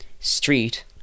street